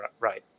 right